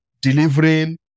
delivering